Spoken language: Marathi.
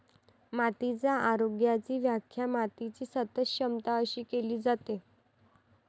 मातीच्या आरोग्याची व्याख्या मातीची सतत क्षमता अशी केली जाते